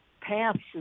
paths